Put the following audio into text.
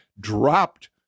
dropped